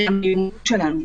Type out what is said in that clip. זו המיומנות שלנו.